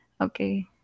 okay